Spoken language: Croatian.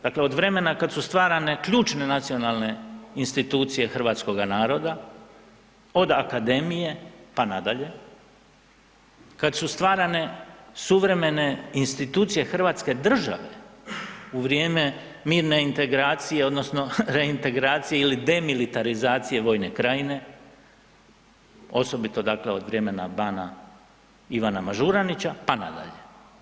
Dakle, od vremena kad su stvarane ključne nacionalne institucije hrvatskoga naroda, od akademije, pa nadalje, kad su stvarane suvremene institucije hrvatske države u vrijeme mirne integracije odnosno reintegracije ili demilitarizacije Vojne krajine osobito, dakle od vremena bana Ivana Mažuranića, pa nadalje.